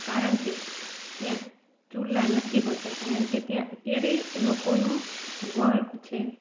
કારણ કે ત્યાં ચૂલા નથી હોતા કારણ કે ત્યાં અત્યારે લોકોનું વર્ક છે